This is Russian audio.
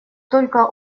только